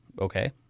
Okay